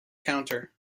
counter